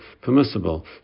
permissible